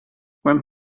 when